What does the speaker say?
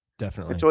definitely. so